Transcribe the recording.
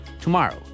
Tomorrow